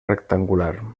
rectangular